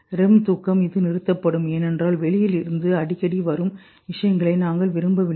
REM தூக்கம் இது நிறுத்தப்படும் ஏனென்றால் வெளியில் இருந்து அடிக்கடி வரும் விஷயங்களை நாங்கள் விரும்பவில்லை